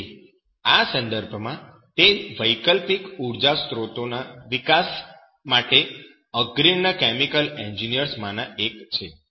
તેથી આ સંદર્ભમાં તે વૈકલ્પિક ઉર્જા સ્ત્રોતોના વિકાસ માટેના અગ્રણી કેમિકલ એન્જિનિયર્સ માના એક છે